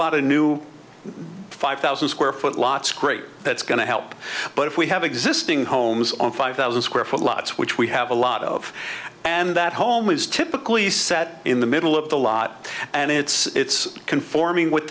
of new five thousand square foot lots great that's going to help but if we have existing homes on five thousand square foot lots which we have a lot of and that home is typically set in the middle of the lot and it's conforming with